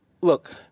look